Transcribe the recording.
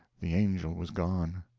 the angel was gone.